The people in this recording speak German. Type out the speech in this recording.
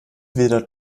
wildert